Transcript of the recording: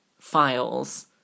files